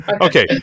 Okay